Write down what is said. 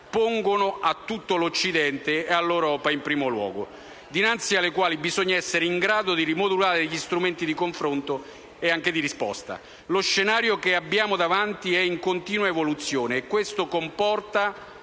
pongono a tutto l'Occidente, e all'Europa in primo luogo, dinanzi alle quali bisogna essere in grado di rimodulare gli strumenti dì confronto e di risposta. Lo scenario che abbiamo davanti è in continua evoluzione e questo comporta